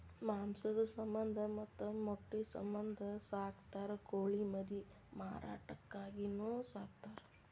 ಮಾಂಸದ ಸಮಂದ ಮತ್ತ ಮೊಟ್ಟಿ ಸಮಂದ ಸಾಕತಾರ ಕೋಳಿ ಮರಿ ಮಾರಾಟಕ್ಕಾಗಿನು ಸಾಕತಾರ